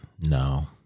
No